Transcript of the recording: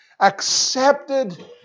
accepted